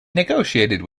negotiated